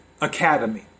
Academy